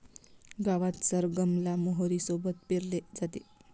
गावात सरगम ला मोहरी सोबत पेरले जाते